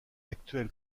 actuelle